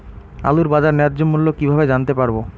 আলুর বাজার ন্যায্য মূল্য কিভাবে জানতে পারবো?